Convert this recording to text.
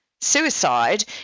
suicide